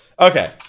Okay